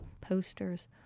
posters